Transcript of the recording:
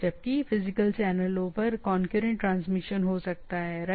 जबकि फिजिकल चैनलों पर कौनक्यूरेंट ट्रांसमिशन हो सकता है राइट